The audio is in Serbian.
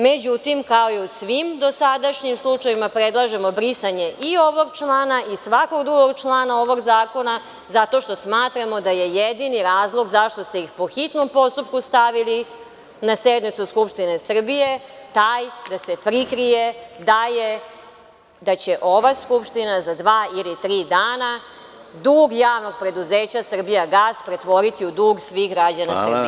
Međutim, kao i u svim dosadašnjim slučajevima predlažemo brisanje i ovog člana i svakog drugog člana ovog zakona, zato što smatramo da je jedini razlog zašto ste ih po hitnom postupku stavili na sednicu Skupštine Srbije taj da se prikrije da će ova Skupština za dva ili tri dana dug javnog preduzeća „Srbijagas“ pretvoriti u dug svih građana Srbije.